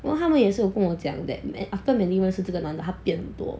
well 他们也是跟我讲 that after mandy 认识这个男的他变多